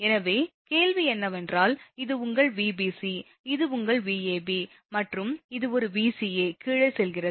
எனவே கேள்வி என்னவென்றால் இது உங்கள் Vbc இது உங்கள் Vab மற்றும் இது ஒரு Vca கீழே செல்கிறது